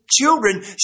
children